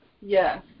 Yes